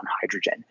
hydrogen